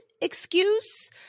excuse